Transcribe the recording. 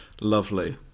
Lovely